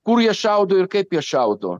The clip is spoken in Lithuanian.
kur jie šaudo ir kaip jie šaudo